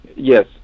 Yes